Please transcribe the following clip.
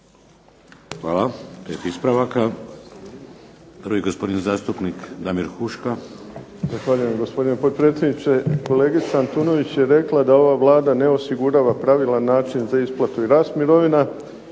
Hvala. 5 ispravaka. Prvi gospodin zastupnik Davor Huška. **Huška, Davor (HDZ)** Zahvaljujem gospodine potpredsjedniče. Kolegica Antunović je rekla da ova Vlada ne osigurava pravilan način za isplatu i rast mirovina